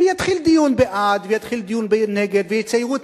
ויתחיל דיון בעד ויתחיל דיון נגד ויציירו את